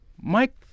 Mike